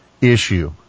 issue